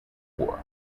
war